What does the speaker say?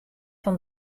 fan